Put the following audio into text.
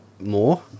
more